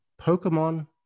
Pokemon